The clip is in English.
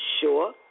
sure